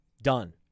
done